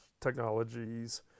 technologies